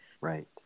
Right